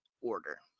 order